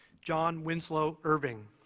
john winslow irving